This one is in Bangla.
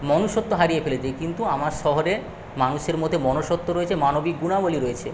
মনুষ্যত্ব হারিয়ে ফেলেছে কিন্তু আমার শহরে মানুষের মধ্যে মনুষ্যত্ব রয়েছে মানবিক গুণাবলি রয়েছে